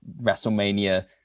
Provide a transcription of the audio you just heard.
WrestleMania